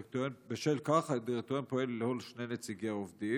בשל כך, הדירקטוריון פועל ללא שני נציגי העובדים,